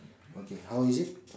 okay how is it